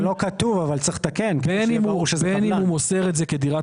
אני חושב שזה נכון, כי הוא מתייחס בעיקר לדירות